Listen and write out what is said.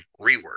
rework